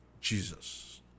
Jesus